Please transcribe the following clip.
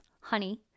honey